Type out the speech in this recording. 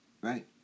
right